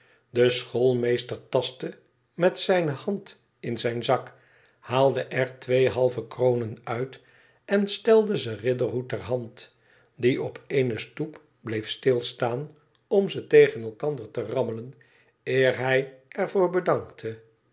de schoolmeester tastte met zijne hand in zijn zak haalde er twee halve kronen uit en stelde ze riderhood ter hand die op eene stoep bleef stilstaan om ze tegen elkander te rammelen eer hij er voor bedankte